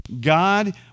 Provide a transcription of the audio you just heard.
God